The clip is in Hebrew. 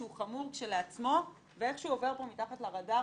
שהוא חמור כשלעצמו ואיך שהוא עובר פה מתחת לרדאר.